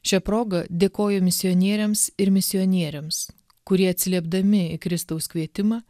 šia proga dėkoju misionierėms ir misionieriams kurie atsiliepdami į kristaus kvietimą